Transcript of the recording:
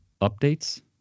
updates